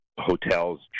hotels